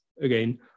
again